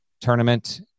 tournament